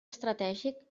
estratègic